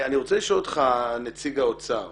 אני רוצה לשאול אותך, נציג האוצר,